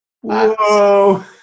Whoa